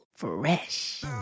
Fresh